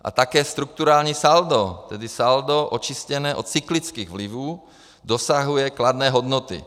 A také strukturální saldo, tedy saldo očištěné od cyklických vlivů, dosahuje kladné hodnoty.